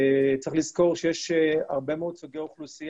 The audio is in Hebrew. צריך לזכור שיש הרבה מאוד סוגי אוכלוסיות